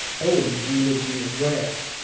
owen handed me a draft,